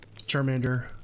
Charmander